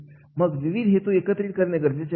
मग विविध हेतू एकत्रित करणे गरजेचे असते